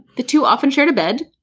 the two often shared a bed,